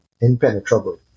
impenetrable